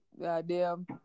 goddamn